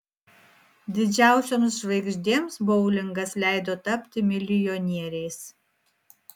didžiausioms žvaigždėms boulingas leido tapti milijonieriais